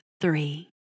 three